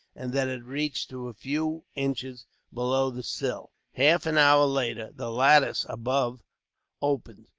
and that it reached to a few inches below the sill. half an hour later, the lattice above opened.